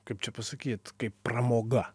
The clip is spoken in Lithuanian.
kaip čia pasakyt kaip pramoga